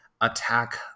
attack